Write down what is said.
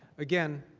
again,